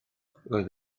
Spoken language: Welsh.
roedd